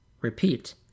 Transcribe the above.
repeat